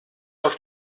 auf